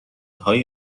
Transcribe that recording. های